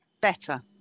Better